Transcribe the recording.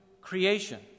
creation